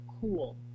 cool